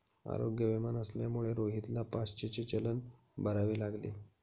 आरोग्य विमा नसल्यामुळे रोहितला पाचशेचे चलन भरावे लागले